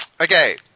okay